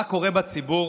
מה קורה בציבור?